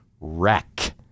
wreck